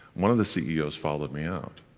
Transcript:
one of the ceos followed me out,